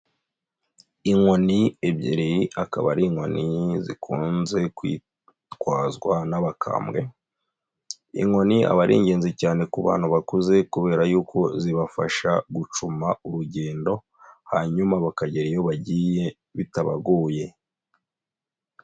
Inkoni ebyiri, akaba ari inkoni zikunze kwitwazwa n'abakambwe. Inkoni aba ari ingenzi cyane ku bantu bakuze kubera y'uko zibafasha gucuma urugendo, hanyuma bakagera iyo bagiye bitabagoye.